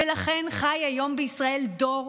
ולכן חי היום בישראל דור